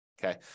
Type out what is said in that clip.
Okay